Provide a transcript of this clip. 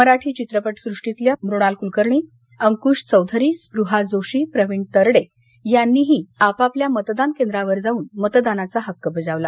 मराठी चित्रपट सृष्टीतल्या मृणाल कुलकर्णी अंक्श चौधरी स्पृहा जोशी प्रवीण तरडे यांनीही आपापल्या मतदान केंद्रांवर जाऊन मतदानाचा हक्क बजावला